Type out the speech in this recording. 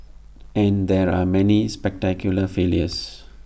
and there are many spectacular failures